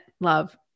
love